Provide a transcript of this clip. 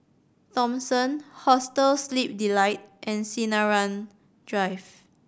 Thomson Hostel Sleep Delight and Sinaran Drive